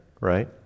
right